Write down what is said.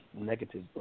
negative